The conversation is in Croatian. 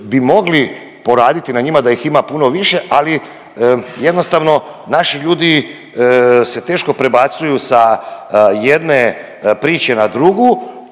bi mogli poraditi na njima da ih ima puno više, ali jednostavno naši ljudi se teško prebacuju sa jedne priče na drugu